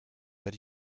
that